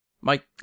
Mike